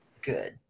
good